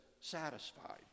satisfied